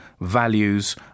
values